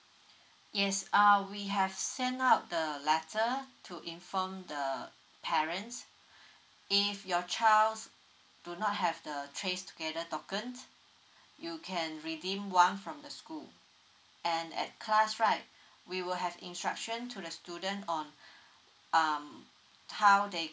yes uh we have send out the letter to inform the parents if your child do not have the trays together tokens you can redeem one from the school and at class right we will have instruction to the student on um how they